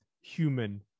human